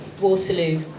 Waterloo